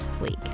week